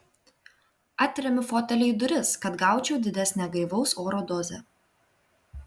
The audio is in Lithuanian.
atremiu fotelį į duris kad gaučiau didesnę gaivaus oro dozę